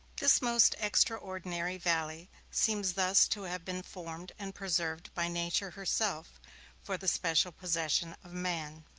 this most extraordinary valley seems thus to have been formed and preserved by nature herself for the special possession of man.